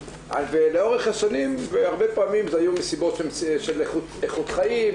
לאורך השנים והרבה פעמים זה היו משימות של איכות חיים,